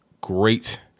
great